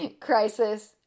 crisis